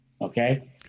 okay